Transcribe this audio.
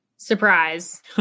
Surprise